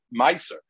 Meiser